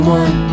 one